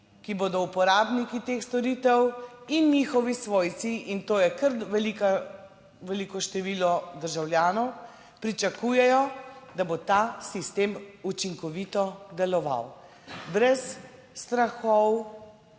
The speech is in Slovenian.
ki bodo uporabniki teh storitev in njihovi svojci in to je kar velika, veliko število državljanov, pričakujejo, da bo ta sistem učinkovito deloval brez strahov,